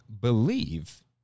believe